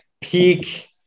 peak